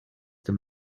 dem